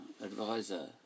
advisor